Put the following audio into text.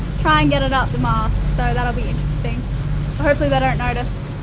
try and get it up the mast. so that will be interesting hopefully they don't notice.